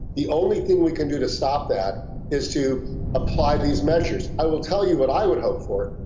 the only thing we can do to stop that is to apply these measures. i will tell you what i would hope for,